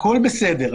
הכול בסדר.